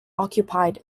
occupied